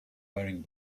wearing